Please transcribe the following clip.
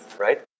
right